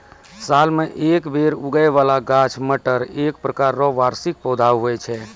साल मे एक बेर उगै बाला गाछ मटर एक प्रकार रो वार्षिक पौधा हुवै छै